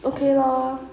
okay lor